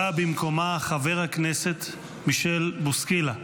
בא במקומה חבר הכנסת מישל בוסקילה.